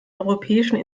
europäischen